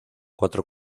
cuatro